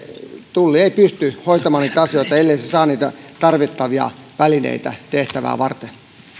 tulli ei pysty hoitamaan niitä asioita ellei se saa niitä tarvittavia välineitä tehtävää varten